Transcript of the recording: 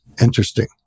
Interesting